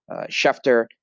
Schefter